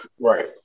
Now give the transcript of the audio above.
Right